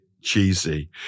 cheesy